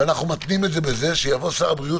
ואנחנו מתנים את זה בזה שיבוא שר הבריאות